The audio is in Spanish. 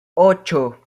ocho